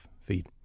feed